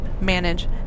manage